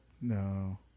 No